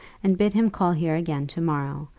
and bid him call here again to-morrow.